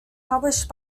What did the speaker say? published